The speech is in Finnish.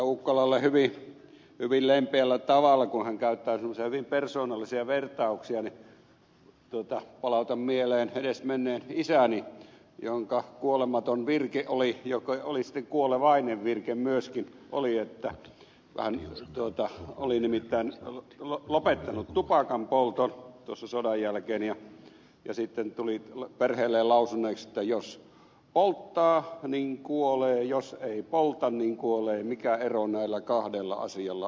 ukkolalle hyvin lempeällä tavalla kun hän käyttää semmoisia hyvin persoonallisia vertauksia palautan mieleen edesmenneen isäni jonka kuolematon virke oli oli sitten kuolevainen virke myöskin hän oli nimittäin lopettanut tupakanpolton tuossa sodan jälkeen ja sitten tuli sen perheelle lausuneeksi että jos polttaa niin kuolee ja jos ei polta niin kuolee mikä ero näillä kahdella asialla on